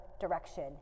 direction